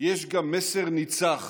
יש גם מסר ניצח